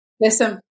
Listen